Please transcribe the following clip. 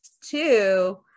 two